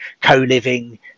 co-living